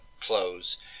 close